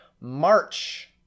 March